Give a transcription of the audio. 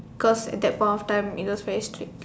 cause at that point of time he was very strict